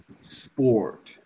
sport